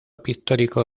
pictórico